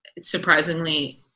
surprisingly